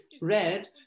red